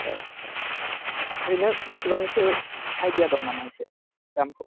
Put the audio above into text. औ औ ओरैनो बेसेबांसो आयदिया दं नामा एसे दामखौ